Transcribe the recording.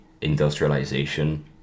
industrialization